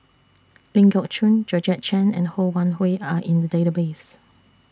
Ling Geok Choon Georgette Chen and Ho Wan Hui Are in The Database